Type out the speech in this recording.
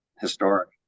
historic